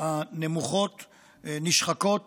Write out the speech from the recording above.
הנמוכות נשחקות